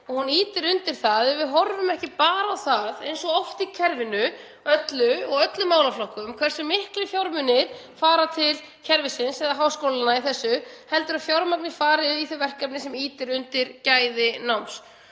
Það ýtir undir að við horfum ekki bara á það, eins og oft er í kerfinu öllu og öllum málaflokkum, hversu miklir fjármunir fara til kerfisins eða háskólanna heldur að fjármagnið fari í þau verkefni sem ýta undir gæði náms.